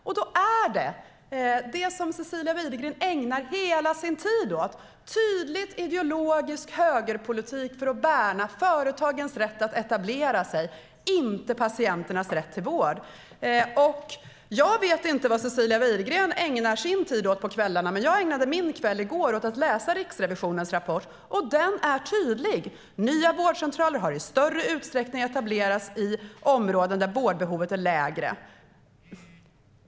Nu gäller det som Cecilia Widegren ägnar hela sin tid åt: en tydligt ideologisk högerpolitik för att värna företagens rätt att etablera sig, inte patienternas rätt till vård. Jag vet inte vad Cecilia Widegren ägnar sina kvällar åt. Jag ägnade min kväll i går åt att läsa Riksrevisionens rapport, och den är tydlig: Nya vårdcentraler har i större utsträckning etablerats i områden där vårdbehovet är lägre.